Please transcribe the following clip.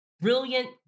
Brilliant